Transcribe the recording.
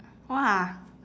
!wah!